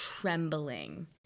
trembling